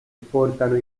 portano